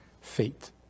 fate